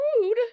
Rude